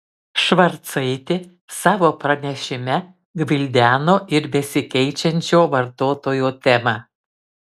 švarcaitė savo pranešime gvildeno ir besikeičiančio vartotojo temą